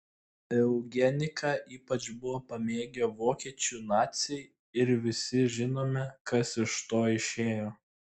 eugeniką ypač buvo pamėgę vokiečių naciai ir visi žinome kas iš to išėjo